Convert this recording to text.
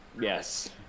Yes